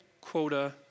quota